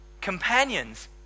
companions